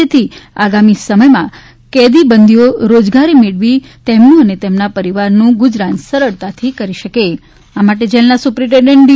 જેથી આગામી સમયમાં કેદીબંદીઓ રોજગારી મેળવી તેમનું અને તેમના પરિવારનું ગુજરાન સરળતાથી કરી શકે આ માટે જેલના સુપ્રિન્ટેન્ડન્ટ ડી